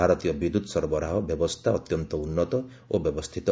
ଭାରତୀୟ ବିଦ୍ୟୁତ୍ ସରବରାହ ବ୍ୟବସ୍ଥା ଅତ୍ୟନ୍ତ ଉନ୍ନତ ଓ ବ୍ୟବସ୍ଥିତ